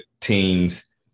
teams